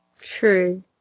True